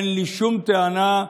אין לי שום טענה,